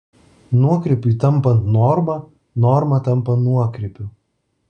nuokrypiui tampant norma norma tampa nuokrypiu